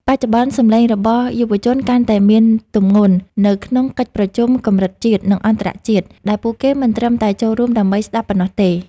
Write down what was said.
បច្ចុប្បន្ន សំឡេងរបស់យុវជនកាន់តែមានទម្ងន់នៅក្នុងកិច្ចប្រជុំកម្រិតជាតិ និងអន្តរជាតិ ដែលពួកគេមិនត្រឹមតែចូលរួមដើម្បីស្ដាប់ប៉ុណ្ណោះទេ។